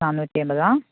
ആ നാനൂറ്റി എൺപതോ